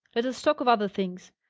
let us talk of other things.